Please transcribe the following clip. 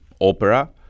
opera